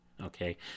okay